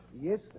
Yes